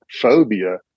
phobia